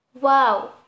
Wow